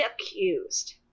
accused